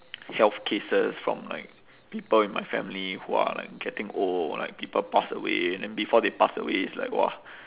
health cases from like people in my family who are like getting old like people pass away then before they pass away it's like !wah!